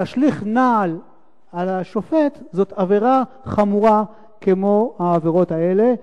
להשליך נעל על השופט זאת עבירה חמורה כמו העבירות האלה,